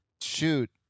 shoot